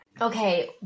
Okay